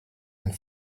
and